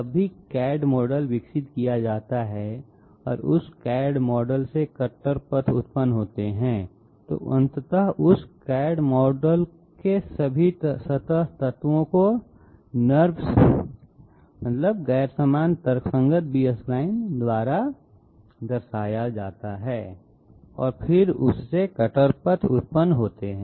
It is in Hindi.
जब भी CAD मॉडल विकसित किया जाता है और उस CAD मॉडल से कटर पथ उत्पन्न होते हैं तो अंततः उस CAD मॉडल के सभी सतह तत्वों को NURBS द्वारा दर्शाया जाता है और फिर उससे कटर पथ उत्पन्न होते हैं